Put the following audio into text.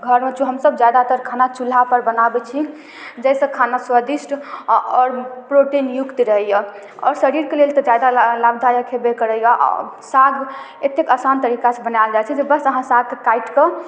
घरमे हमसब ज्यादातर खाना चुल्हापर बनाबै छी जाहिसँ खाना स्वादिष्ट आओर प्रोटीनयुक्त रहैए आओर शरीरके लेल तऽ ज्यादा लाभदायक हेबै करैए साग एतेक आसान तरीकासँ बनाएल जाइ छै जे बस अहाँ सागके काटिकऽ